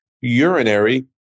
urinary